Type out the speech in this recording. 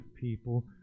people